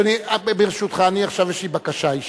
אדוני, ברשותך, עכשיו יש לי בקשה אישית.